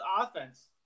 offense